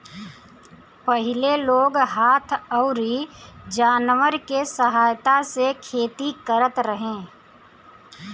पहिले लोग हाथ अउरी जानवर के सहायता से खेती करत रहे